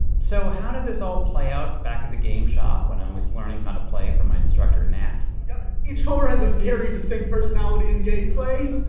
so how did this all play out? back at the game shop when i was learning how to play from my instructor nat? yeah each color has a very distinct personality and gameplay.